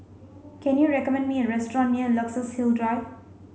can you recommend me a restaurant near Luxus Hill Drive